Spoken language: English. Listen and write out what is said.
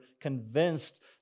convinced